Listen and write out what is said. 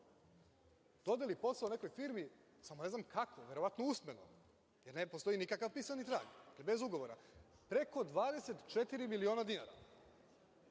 dodelili posao nekoj firmi, samo ne znam kako, verovatno usmeno, jer ne postoji nikakav pisani trag, bez ugovora, preko 24 miliona dinara.